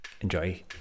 Enjoy